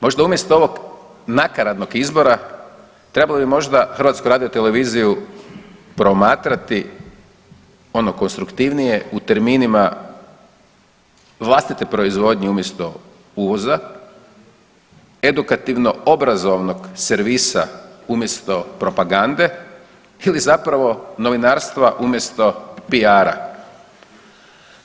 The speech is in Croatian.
Možda umjesto ovog nakaradnog izbora trebalo bi možda HRT promatrati ono konstruktivnije u terminima vlastite proizvodnje umjesto uvoza, edukativno obrazovnog servisa umjesto propagande ili zapravo novinarstva umjesto PR-a.